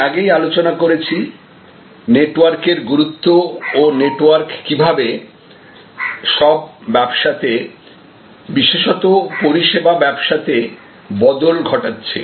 আমি আগেই আলোচনা করেছি নেটওয়ার্কের গুরুত্ব ও নেটওয়ার্ক কিভাবে সব ব্যবসাতে বিশেষত পরিষেবা ব্যবসাতে বদল ঘটাচ্ছে